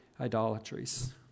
idolatries